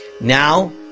Now